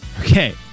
Okay